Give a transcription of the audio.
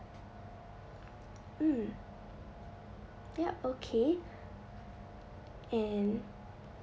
mm yup okay and